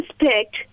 respect